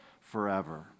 forever